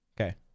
Okay